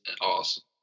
awesome